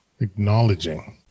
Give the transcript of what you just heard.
Acknowledging